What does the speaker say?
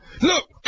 Look